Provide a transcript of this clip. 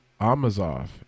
Amazov